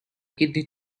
kidney